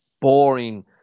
boring